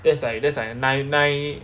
that's like that's like a nine nine